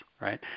right